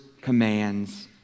commands